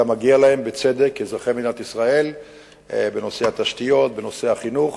את המגיע להם בצדק כאזרחי מדינת ישראל בנושא התשתיות ובנושא החינוך.